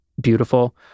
beautiful